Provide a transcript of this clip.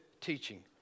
teaching